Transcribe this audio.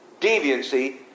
Deviancy